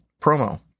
promo